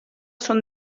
són